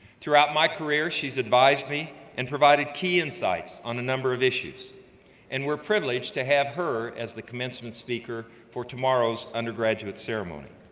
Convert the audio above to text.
throughout my career, she's advised me and provided key insights on a number of issues and we're privileged to have her as the commencement speaker for tomorrow's undergraduate ceremony.